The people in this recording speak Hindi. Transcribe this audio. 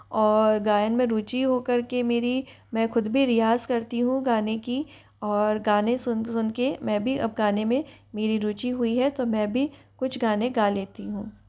और गायन में रुचि हो करके मेरी मैं खुद भी रियाज़ करती हूँ गाने की और गाने सुन सुन के मैं भी अब गाने में मेरी रुचि हुई है तो मैं भी कुछ गाने गा लेती हूँ